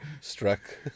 struck